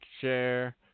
share